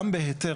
גם בהיתר,